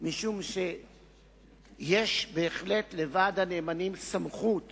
משום שיש בהחלט לוועד הנאמנים סמכות